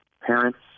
parents